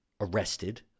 arrested